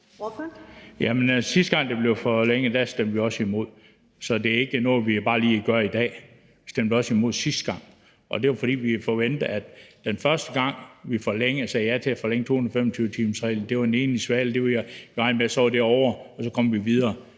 Sidste gang det blev forlænget, stemte vi også imod, så det er ikke noget, vi bare lige gør i dag. Vi stemte også imod sidste gang. Og det var, fordi vi, den første gang vi sagde ja til at forlænge suspensionen af 225-timersreglen, forventede, at det var en enlig svale, og så var det ovre, og så kom vi videre.